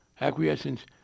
acquiescence